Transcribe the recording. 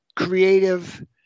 creative